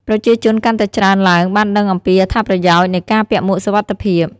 ប្រជាជនកាន់តែច្រើនឡើងបានដឹងអំពីអត្ថប្រយោជន៍នៃការពាក់មួកសុវត្ថិភាព។